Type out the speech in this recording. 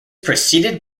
preceded